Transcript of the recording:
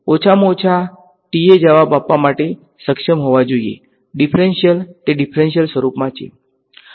ઓછામાં ઓછા ટીએ જવાબ આપવા માટે સક્ષમ હોવા જોઈએ ડીફરંશીયલ તે ડીફરંશીયલ સ્વરૂપમાં છે